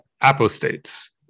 apostates